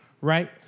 Right